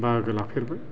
बाहागो लाफेरबाय